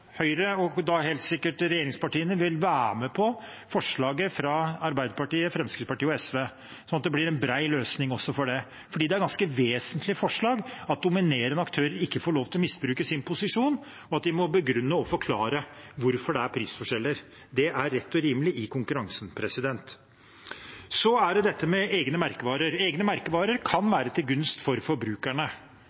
det blir en bred løsning også for dette. For det er et ganske vesentlig forslag at dominerende aktører ikke får lov til å misbruke sin posisjon, og at de må begrunne og forklare hvorfor det er prisforskjeller. Det er rett og rimelig i konkurransen. Så er det dette med egne merkevarer. Egne merkevarer kan være til gunst for forbrukerne,